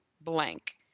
blank